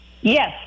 Yes